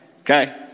Okay